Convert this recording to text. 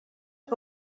que